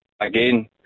again